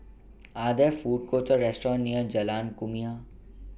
Are There Food Courts Or restaurants near Jalan Kumia